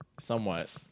Somewhat